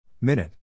Minute